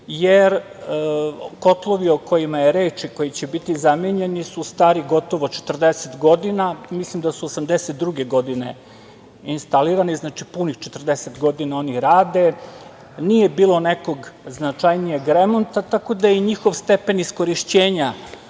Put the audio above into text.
jer kotlovi o kojima je reč i koji će biti zamenjeni su stari gotovo 40 godina. Mislim da su 1982. godine instalirani, znači, punih 40 godina oni rade. Nije bilo nekog značajnijeg remonta, tako da je njihov stepen iskorišćenja